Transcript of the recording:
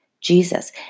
Jesus